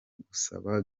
gusa